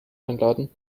einladen